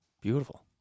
Beautiful